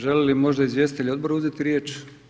Želi li možda izvjestitelj odbora uzeti riječ?